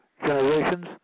generations